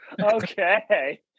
okay